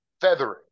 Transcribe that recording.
feathering